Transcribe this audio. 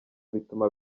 bituma